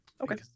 Okay